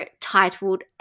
titled